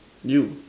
you